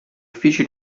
uffici